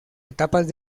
etapas